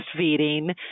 breastfeeding